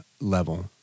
level